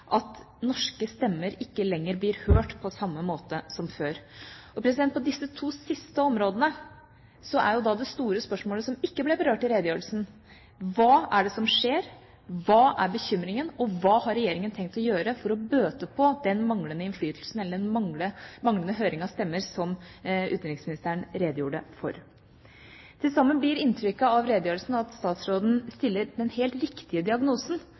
at norske stemmer ikke lenger blir hørt på samme måte som før. På disse to siste områdene er da det store spørsmålet, som ikke ble berørt i redegjørelsen: Hva er det som skjer, hva er bekymringen, og hva har Regjeringa tenkt å gjøre for å bøte på den manglende innflytelsen eller at våre stemmer ikke lenger blir hørt, som utenriksministeren redegjorde for? Til sammen blir inntrykket av redegjørelsen at utenriksministeren stiller den helt riktige diagnosen,